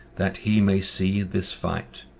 that he may see this fight.